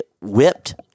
whipped